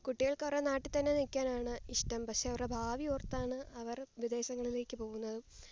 കുട്ടികൾക്കു പറഞ്ഞാൽ നാട്ടിൽത്തന്നെ നിൽക്കാനാണ് ഇഷ്ടം പക്ഷെ അവരുടെ ഭാവിയോർത്താണ് അവർ വിദേശങ്ങളിലേക്കു പോകുന്നതും